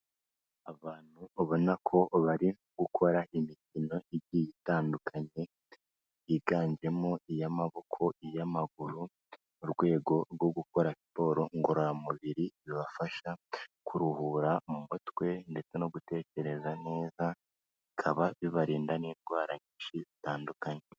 Abantu ubabona ko bari gukora imikino igiye itandukanye, yiganjemo iy'amaboko, iy'amaguru, mu rwego rwo gukora siporo ngororamubiri, bibafasha kuruhura mu mutwe ndetse no gutekereza neza, bikaba bibarinda n'indwara nyinshi zitandukanye.